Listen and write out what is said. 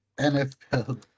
NFL